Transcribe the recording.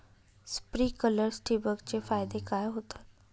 Sprinklers ठिबक चे फायदे काय होतात?